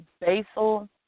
basal